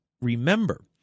remember